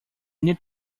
need